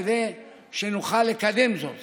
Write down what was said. כדי שנוכל לקדם זאת